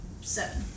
Seven